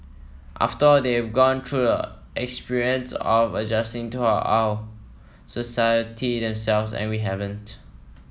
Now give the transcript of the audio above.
after all they've gone through experience of adjusting to our society themselves and we haven't